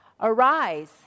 Arise